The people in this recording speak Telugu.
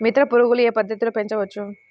మిత్ర పురుగులు ఏ పద్దతిలో పెంచవచ్చు?